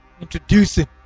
Introducing